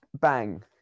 bang